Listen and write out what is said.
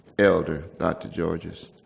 elder, dr. georges.